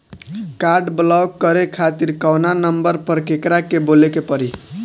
Card block करे खातिर कवना नंबर पर केकरा के बोले के परी?